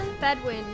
Bedwin